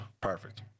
perfect